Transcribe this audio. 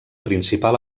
principal